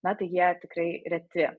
na tai jie tikrai reti